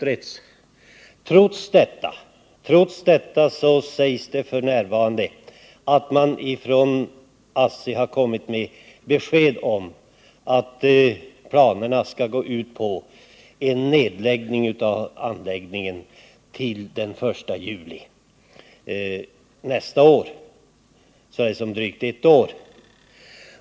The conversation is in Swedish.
Men trots detta besked sägs det nu att ASSI har tillkännagivit att de har planer som går ut på en nedläggning av boardfabriken den 1 juli nästa år, således om drygt ett år.